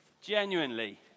Genuinely